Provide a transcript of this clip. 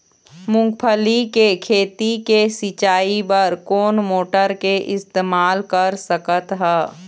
मूंगफली के खेती के सिचाई बर कोन मोटर के इस्तेमाल कर सकत ह?